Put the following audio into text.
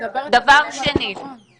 את מדברת לבן אדם הלא נכון.